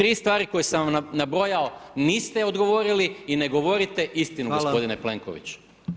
3 stvari koje sam vam nabrojao niste odgovorili i ne govorite istinu gospodine Plenkoviću.